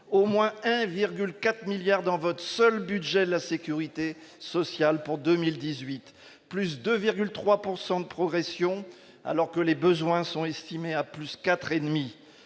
au moins 1,4 milliard dans votre seul budget de la Sécurité sociale pour 2018 plus 2 virgule 3 pourcent de progression alors que les besoins sont estimés à plus 4